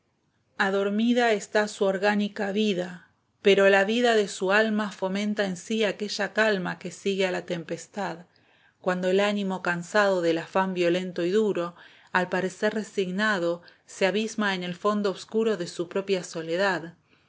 desierto adormida está su orgánica vida pero la vida de su alma fomenta en sí aquella calma que sigue a la tempestad cuando el ánimo cansado del afán violento y duro al parecer resignado se abisma en el fondo obscuro de su propia soledad